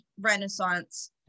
Renaissance